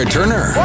Turner